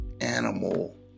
animal